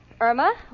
Irma